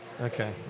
Okay